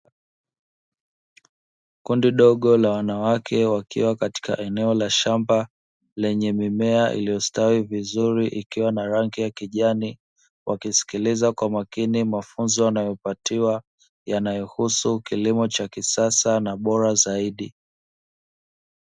Kundi dogo la wanawake wakiwa katika eneo la shamba lenye mimea iliyostawi vizuri ikiwa na rangi ya kijani, wakisikiliza kwa makini mafunzo wanayopatiwa yanayohusu kilimo cha kisasa na bora zaidi.